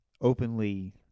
openly